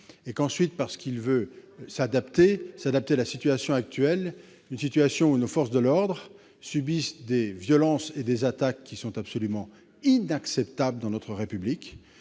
ensuite parce qu'il entend s'adapter à la situation actuelle, dans laquelle nos forces de l'ordre subissent des violences et des attaques absolument inacceptables dans notre République.